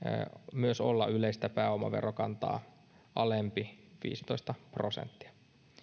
myös olla yleistä pääomaverokantaa alempi viisitoista prosenttia